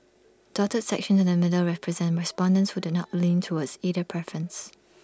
dotted sections in the middle represent respondents who did not lean towards either preference